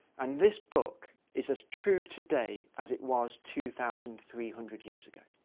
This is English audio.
and this book is as true today as it was two thousand three hundred years ago.